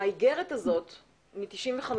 האיגרת הזאת מ-95'